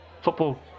Football